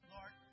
Lord